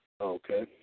Okay